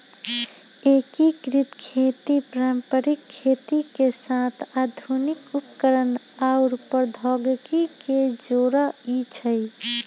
एकीकृत खेती पारंपरिक खेती के साथ आधुनिक उपकरणअउर प्रौधोगोकी के जोरई छई